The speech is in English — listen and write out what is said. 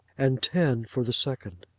and ten for the second.